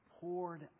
poured